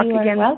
again